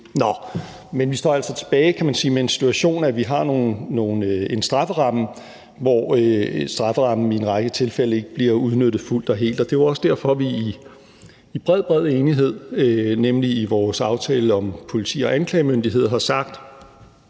kan man sige, altså tilbage med en situation, hvor vi har en strafferamme, som i en række tilfælde ikke bliver udnyttet fuldt og helt. Og det er jo også derfor, vi i bred, bred enighed, nemlig i vores aftale om politi og anklagemyndighed, har sagt,